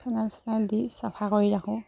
phenyl চেনাইল দি চাফা কৰি ৰাখোঁ